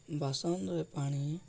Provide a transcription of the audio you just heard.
ବାସନରେ ପାଣି